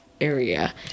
area